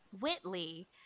Whitley